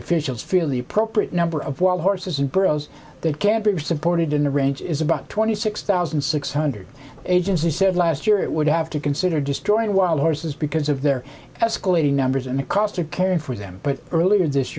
officials fairly appropriate number of wild horses and burros that can be supported in the range is about twenty six thousand six hundred agency said last year it would have to consider destroying wild horses because of their escalating numbers and the cost of caring for them but earlier this